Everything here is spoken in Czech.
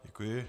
Děkuji.